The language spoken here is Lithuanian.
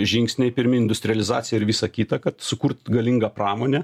žingsniai pirmyn industrializacija ir visa kita kad sukurt galingą pramonę